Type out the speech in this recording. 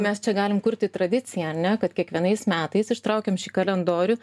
mes čia galim kurti tradiciją ar ne kad kiekvienais metais ištraukiam šį kalendorių